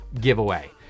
giveaway